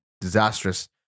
disastrous